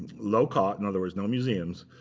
low co in other words, no museums,